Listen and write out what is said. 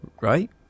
Right